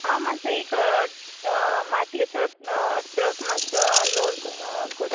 हांव मातसो एक मातयेचो ट्रक मातसो लोड कोत